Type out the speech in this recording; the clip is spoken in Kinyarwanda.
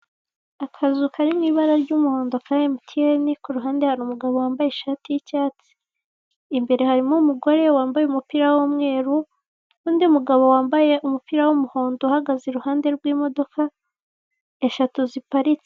Akazu kari mu ibara ry'umuhondo ka Emutiyene, ku ruhande hari umugabo wambaye ishati y'icyatsi, imbere harimo umugore wambaye umupira w'umweru, n'undi mugabo wambaye umupira w'umuhondo uhagaze iruhande rw'imodoka eshatu ziparitse.